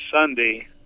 Sunday